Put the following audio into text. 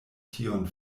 tion